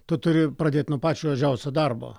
tu turi pradėt nuo pačio juodžiausio darbo